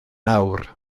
awr